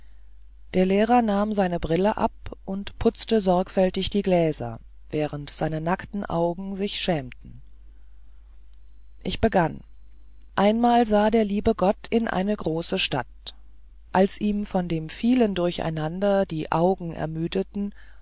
der lehrer nahm seine brille ab und putzte sorgfältig die gläser während seine nackten augen sich schämten ich begann einmal sah der liebe gott in eine große stadt als ihm von dem vielen durcheinander die augen ermüdeten